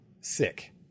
sick